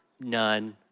None